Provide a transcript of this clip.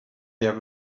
have